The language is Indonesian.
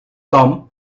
tom